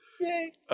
Yay